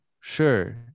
sure